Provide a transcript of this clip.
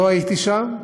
לא הייתי שם,